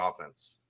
offense